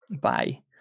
Bye